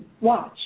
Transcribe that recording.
watch